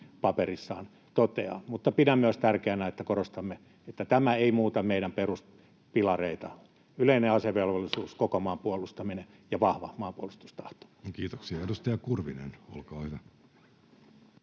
paperissaan toteaa. Mutta pidän tärkeänä myös, että korostamme, että tämä ei muuta meidän peruspilareitamme: yleinen asevelvollisuus, koko maan puolustaminen ja vahva maanpuolustustahto. Kiitoksia. — Edustaja Kurvinen, olkaa hyvä.